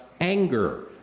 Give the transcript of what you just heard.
anger